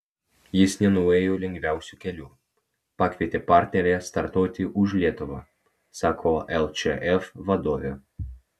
jis nenuėjo lengviausiu keliu pakvietė partnerę startuoti už lietuvą sako lčf vadovė